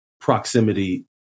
proximity